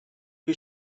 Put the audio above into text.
who